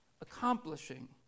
accomplishing